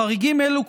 חריגים אלו,